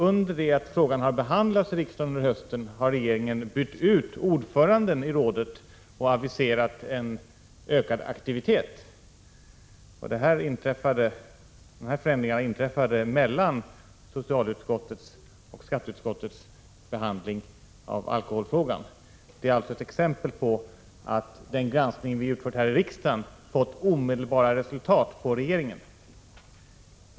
Under det att frågan har behandlats i riksdagen under hösten har regeringen bytt ut ordföranden i rådet och aviserat en ökad aktivitet. Förändringarna inträffade mellan socialutskottets och skatteutskottets behandling av alkoholfrågan. Det är ett exempel på att den granskning vi utför i riksdagen får omedelbara resultat hos regeringen.